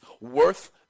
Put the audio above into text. worth